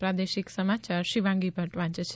પ્રાદેશિક સમાચાર શિવાંગી ભદ્દ વાંચે છે